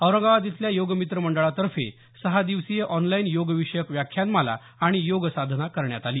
औरंगाबाद इथल्या योग मित्र मंडळातर्फे सहा दिवसीय ऑनलाईन योग विषयक व्याख्यानमाला आणि योगसाधना करण्यात आली